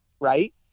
right